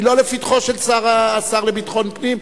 היא לא לפתחו של השר לביטחון פנים,